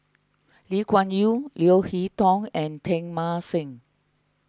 Lee Kuan Yew Leo Hee Tong and Teng Mah Seng